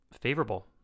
favorable